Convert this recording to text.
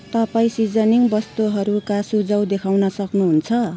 तपाईँ सिजनिङ वस्तुहरूका सुझाउ देखाउन सक्नुहुन्छ